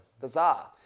Bizarre